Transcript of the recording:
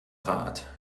rat